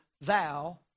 thou